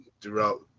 throughout